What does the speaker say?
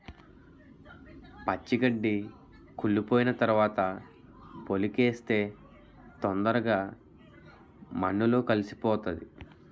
పచ్చి గడ్డి కుళ్లిపోయిన తరవాత పోలికేస్తే తొందరగా మన్నులో కలిసిపోతాది